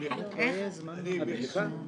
סומך,